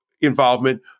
involvement